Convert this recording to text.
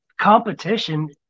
Competition